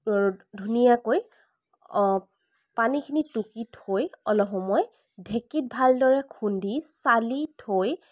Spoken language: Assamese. ধুনীয়াকৈ পানীখিনি টুকি থৈ অলপ সময় ঢেঁকিত ভালদৰে খুন্দি চালি থৈ